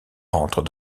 rentre